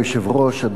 אדוני השר,